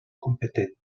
competent